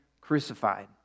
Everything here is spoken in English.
crucified